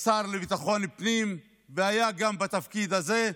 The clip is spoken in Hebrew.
השר לביטחון פנים, והיה גם בתפקיד הזה.